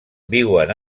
viuen